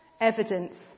Evidence